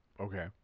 Okay